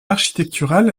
architectural